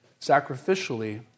sacrificially